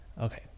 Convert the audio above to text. Okay